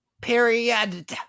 Period